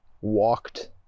walked